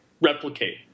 replicate